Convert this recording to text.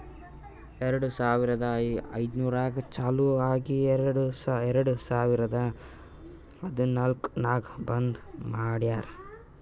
ಎರಡು ಸಾವಿರದ ಐಯ್ದರ್ನಾಗ್ ಚಾಲು ಆಗಿ ಎರೆಡ್ ಸಾವಿರದ ಹದನಾಲ್ಕ್ ನಾಗ್ ಬಂದ್ ಮಾಡ್ಯಾರ್